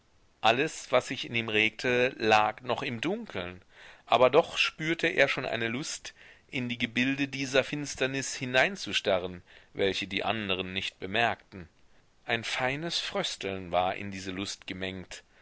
alles was sich in ihm regte lag noch im dunkeln aber doch spürte er schon eine lust in die gebilde dieser finsternis hineinzustarren welche die anderen nicht bemerkten ein feines frösteln war in diese lust gemengt